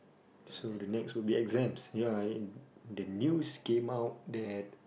so the next would be exams ya the news came out that